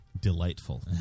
delightful